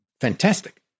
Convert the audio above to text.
fantastic